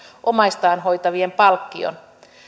omaistaan hoitavien palkkion